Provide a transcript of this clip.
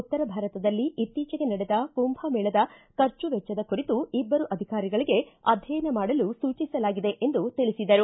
ಉತ್ತರ ಭಾರತದಲ್ಲಿ ಇತ್ತೀಚಿಗೆ ನಡೆದ ಕುಂಭಮೇಳದ ಖರ್ಚು ವೆಚ್ಚದ ಕುರಿತು ಇಬ್ಲರು ಅಧಿಕಾರಿಗಳಿಗೆ ಅಧ್ಯಯನ ಮಾಡಲು ಸೂಚಿಸಲಾಗಿದೆ ಎಂದು ತಿಳಿಸಿದರು